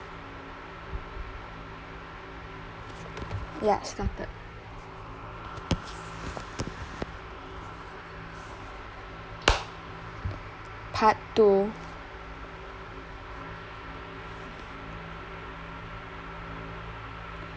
ya started part two